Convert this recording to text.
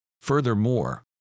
Furthermore